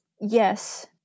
yes